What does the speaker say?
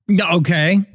Okay